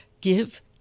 give